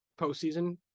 postseason